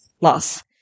loss